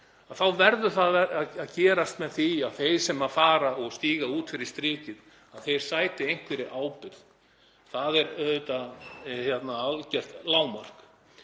þá verður það að gerast með því að þeir sem stíga út fyrir strikið sæti einhverri ábyrgð. Það er auðvitað algert lágmark.